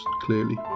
clearly